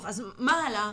טוב, אז מה הלאה?